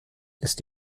ist